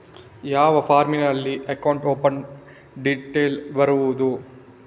ಯಾವ ಫಾರ್ಮಿನಲ್ಲಿ account open detail ಬರೆಯುವುದು?